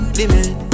limit